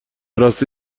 راستی